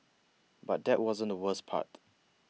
but that wasn't the worst part